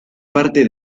parte